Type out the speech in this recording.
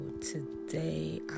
today